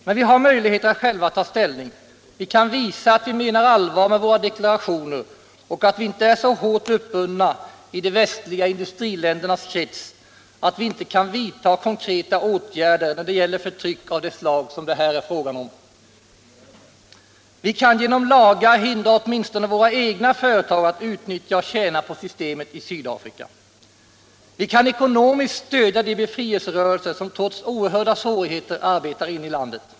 Men vi har möjligheter att själva ta ställning, vi kan visa att vi menar allvar med våra deklarationer och att vi inte är så hårt uppbundna i de västliga industriländernas krets att vi inte kan vidta konkreta åtgärder när det gäller förtryck av det slag som det här är fråga om. Vi kan genom lagar hindra åtminstone våra egna företag att utnyttja och tjäna på systemet i Sydafrika. Vi kan ekonomiskt stödja de befrielserörelser som trots oerhörda svårigheter arbetar inne i landet.